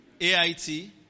AIT